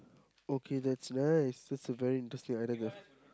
okay that's nice that's a very interesting idea